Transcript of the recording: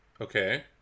Okay